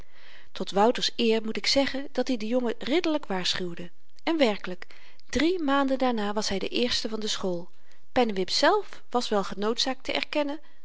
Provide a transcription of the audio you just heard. tot wouters eer moet ik zeggen dat-i den jongen ridderlyk waarschuwde en werkelyk drie maanden daarna was hy de eerste van de school pennewip zelf was wel genoodzaakt te erkennen